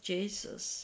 Jesus